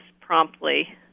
promptly